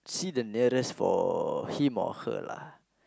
see the nearest for him or her lah